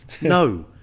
no